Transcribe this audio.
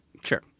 sure